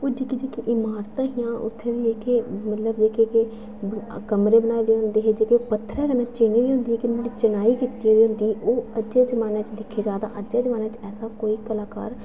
ओह् जेह्कियां जेह्कियां इमारतां हियां उत्थै बी जेह्के मतलब जेह्के कमरे बनाए दे होंदे हे जेह्के पत्थरें कन्नै चीन्ने दे होंदे हे उं'दी चनाई कीती दी होंदी ही ओह् अज्जै दे जमानै दिक्खेआ जा तां अज्जै दे जमाने च कोई कलाकार